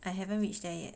I haven't reach there yet